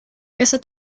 esa